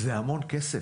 זה המון כסף.